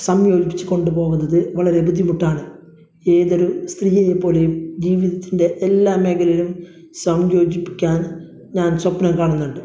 സംയോജിപ്പിച്ച് കൊണ്ടുപോകുന്നത് വളരെ ബുദ്ധിമുട്ടാണ് ഏതൊരു സ്ത്രീയെ പോലെയും ജീവിച്ചതിൻ്റെ എല്ലാ മേഘലയിലും സംയോജിപ്പിക്കാൻ ഞാൻ സ്വപ്നം കാണുന്നുണ്ട്